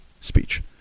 speech